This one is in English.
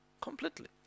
completely